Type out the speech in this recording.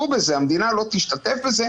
והמדינה לא תשתתף בזה,